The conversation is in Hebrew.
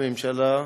שום ממשלה,